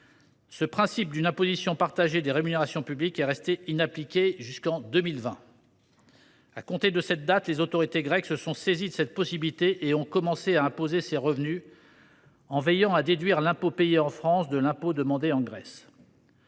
Ce principe d’une imposition partagée des rémunérations publiques est resté inappliqué jusqu’en 2020. À compter de cette date, les autorités grecques se sont saisies de cette possibilité et ont commencé à imposer ces revenus, en veillant à déduire l’impôt payé en France de celui qui est demandé en Grèce.